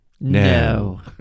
No